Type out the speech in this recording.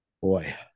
boy